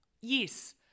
Yes